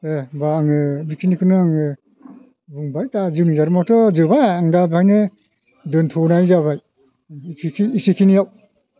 दे होनबा आङो बे खिनिखौनो आङो बुंबाय दा जिउनि जारिमिनाथ' जोबा आं दा ब'हायनो दोन्थ'नाय जाबाय बिखि इसेखिनियाव